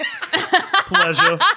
Pleasure